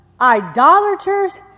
idolaters